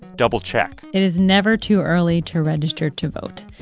double-check it is never too early to register to vote.